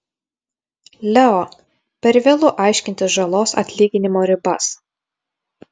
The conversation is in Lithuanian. leo per vėlu aiškintis žalos atlyginimo ribas